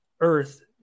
Earth